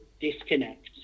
disconnect